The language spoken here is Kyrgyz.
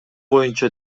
боюнча